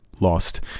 lost